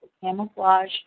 camouflage